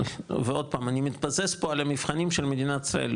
ועוד פעם אני מתבסס פה על המבחנים של מדינת ישראל.